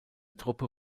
truppe